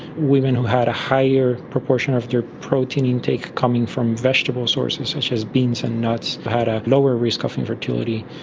women who had a higher proportion of their protein intake coming from vegetable sources such as beans and nuts had a lower risk of infertility.